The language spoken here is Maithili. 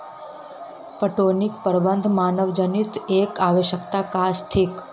पटौनीक प्रबंध मानवजनीत एक आवश्यक काज थिक